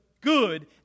good